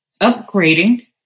upgrading